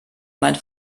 meinen